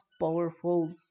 powerful